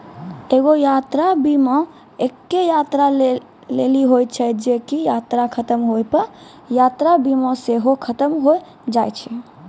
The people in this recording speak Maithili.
एगो यात्रा बीमा एक्के यात्रा लेली होय छै जे की यात्रा खतम होय पे यात्रा बीमा सेहो खतम होय जाय छै